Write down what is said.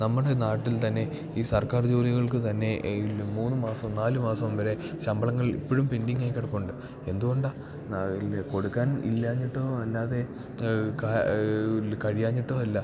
നമ്മുടെ നാട്ടിൽ തന്നെ ഈ സർക്കാർ ജോലികൾക്ക് തന്നെ എയില് മൂന്ന് മാസോം നാല് മാസോം വരെ ശമ്പളങ്ങൾ ഇപ്പഴും പെൻഡിംഗായി കിടപ്പുണ്ട് എന്ത്കൊണ്ടാ ആ ഇല്ല കൊടുക്കാൻ ഇല്ലാഞ്ഞിട്ടോ അല്ലാതെ ഇല്ല കഴിയാഞ്ഞിട്ടോ അല്ല